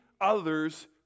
others